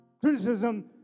Criticism